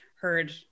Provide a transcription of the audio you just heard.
heard